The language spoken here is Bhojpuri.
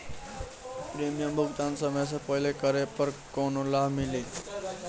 प्रीमियम भुगतान समय से पहिले करे पर कौनो लाभ मिली?